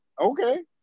Okay